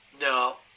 No